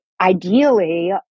Ideally